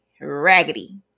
raggedy